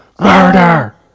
Murder